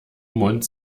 mund